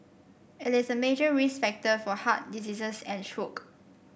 it is a major risk factor for heart diseases and stroke